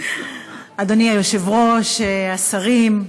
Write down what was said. אדוני היושב-ראש, השרים,